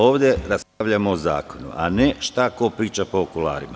Ovde raspravljamo o zakonu, a ne šta ko priča po kolarima.